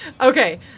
Okay